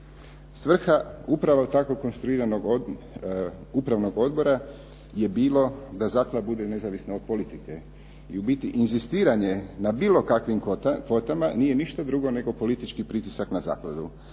Svrha upravo tako konstruiranog upravnog odbora je bilo da zaklada bude nezavisna od politike i u biti inzistiranje na bilo kakvim kvotama nije ništa drugo nego politički pritisak na zakladu,